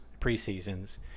preseasons